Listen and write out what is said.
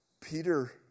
Peter